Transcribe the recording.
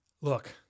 look